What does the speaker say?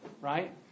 right